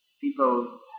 People